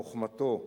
לחוכמתו,